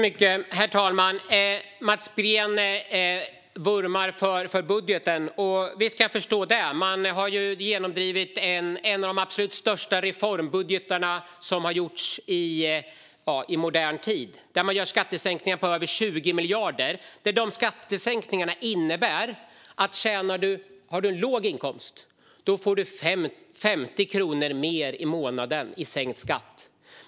Herr talman! Mats Green vurmar för budgeten. Visst kan jag förstå det. Man har genomdrivit en av de absolut största reformbudgetarna i modern tid. Skattesänkningar på över 20 miljarder innebär att den som har låg inkomst får 50 kronor i månaden i sänkt skatt.